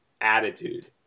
attitude